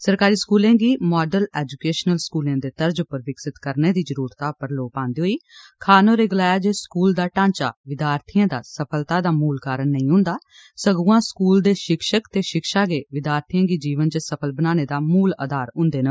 सरकारी स्कूलें गी माडल एजुकेशन स्कूले दे तर्ज उप्पर विकसित करने दी जरूरत उप्पर लोह् पांदे होई खान होरें गलाया जे स्कूल दा ढांचा विद्यार्थिएं दा सफलता दा मूल कारण नेइं होंदा सगुआं स्कूल दे शिक्षक ते शिक्षा गै विद्यार्थिएं गी जीवन च सफल बनाने दा मूल आधार होंदे न